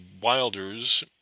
Wilders